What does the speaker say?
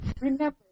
remember